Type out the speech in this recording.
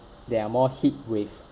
there are more heat wave